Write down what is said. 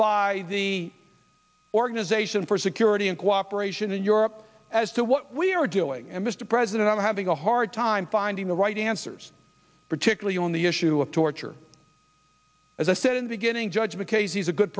by the organization for security and cooperation in europe as to what we are doing and mr president i'm having a hard time finding the right answers particularly on the issue of torture as i said beginning judge of a case he's a good